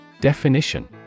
Definition